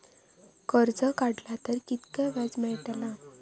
कर्ज काडला तर कीतक्या व्याज मेळतला?